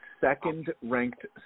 second-ranked